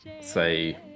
Say